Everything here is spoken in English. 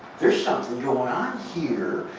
there's something going on here.